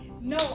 No